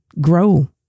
grow